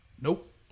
Nope